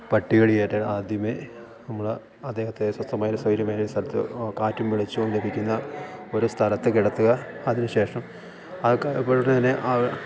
പട്ടി കടിയേറ്റാൽ ആദ്യമേ നമ്മൾ അദ്ദേഹത്തെ സ്വസ്ഥമായൊരു സ്വര്യമായൊരു സ്ഥലത്ത് കാറ്റും വെളിച്ചവും ലഭിക്കുന്ന ഒരു സ്ഥലത്ത് കിടത്തുക അതിനുശേഷം ആൾക്ക് അപ്പോൾ തന്നെ ആ